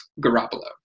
Garoppolo